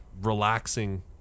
relaxing